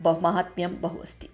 ब माहात्म्यं बहु अस्ति